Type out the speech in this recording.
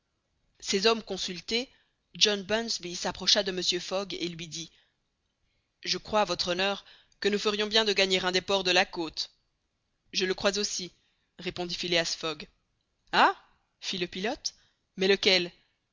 ses hommes consultés john bunsby s'approcha de mr fogg et lui dit je crois votre honneur que nous ferions bien de gagner un des ports de la côte je le crois aussi répondit phileas fogg ah fit le pilote mais lequel